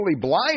blind